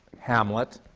hamlet,